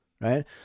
right